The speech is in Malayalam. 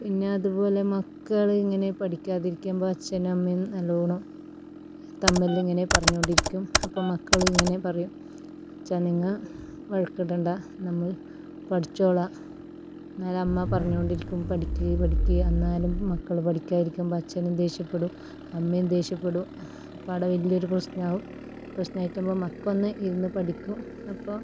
പിന്നതുപോലെ മക്കളിങ്ങനെ പഠിക്കാതിരിക്കുമ്പോൾ അച്ഛനും അമ്മയും നല്ലവണ്ണം തമ്മിലിങ്ങനെ പറഞ്ഞ് കൊണ്ടിരിക്കും അപ്പം മക്കൾ ഇങ്ങനെ പറയും അച്ഛാ നിങ്ങ വഴക്കിടണ്ട നമ്മൾ പഠിച്ചോളാം അന്നാല് അമ്മ പറഞ്ഞു കൊണ്ടിരിക്കും പഠിക്ക് പഠിക്ക് അന്നാലും മക്കൾ പഠിക്കാതിരിക്കുമ്പോൾ അച്ഛനും ദേഷ്യപ്പെടും അമ്മയും ദേഷ്യപ്പെടും അപ്പം ആടെ വലിയവർ പ്രശ്നമാക്കും പ്രശ്നമായിട്ടാകുമ്പം മക്കളൊന്ന് ഇരുന്ന് പഠിക്കും അപ്പോൾ